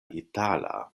itala